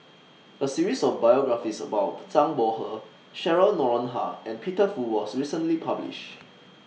A series of biographies about Zhang Bohe Cheryl Noronha and Peter Fu was recently published